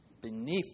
beneath